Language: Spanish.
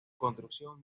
construcción